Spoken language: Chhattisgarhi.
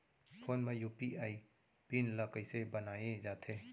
फोन म यू.पी.आई पिन ल कइसे बनाये जाथे?